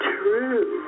true